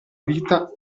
vita